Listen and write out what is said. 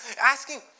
Asking